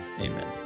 Amen